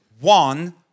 one